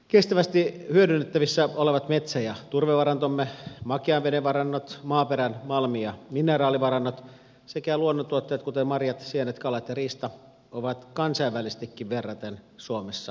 kestävästi hyödynnettävissä olevat metsä ja turvevarantomme makean veden varantomme maaperän malmi ja mineraalivarantomme sekä luonnontuotteemme kuten marjat sienet kalat ja riista ovat kansainvälisestikin verraten suomessa merkittävät